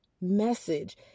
message